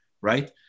right